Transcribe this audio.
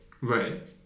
Right